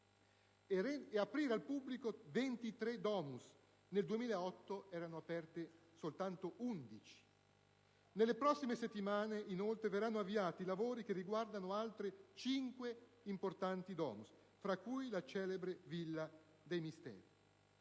aperti soltanto 37) e 23 *domus* (nel 2008 ne erano aperte soltanto 11). Nelle prossime settimane, inoltre, verranno avviati i lavori che riguardano altre cinque importanti *domus*, tra cui la celebre Villa dei misteri.